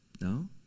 No